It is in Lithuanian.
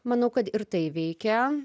manau kad ir tai veikia